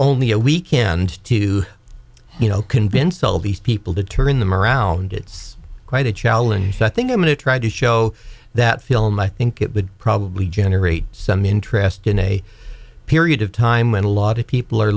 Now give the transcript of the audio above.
only a weekend to you know convince all these people to turn them around it's quite a challenge that i think i'm going to try to show that film i think it would probably generate some interest in a period of time when a lot of people are